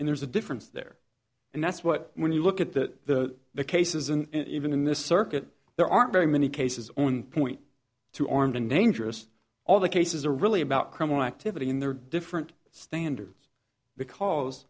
and there's a difference there and that's what when you look at that the case isn't even in this circuit there aren't very many cases on point to armed and dangerous all the cases are really about criminal activity in their different standards because